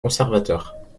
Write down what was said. conservateurs